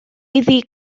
iddi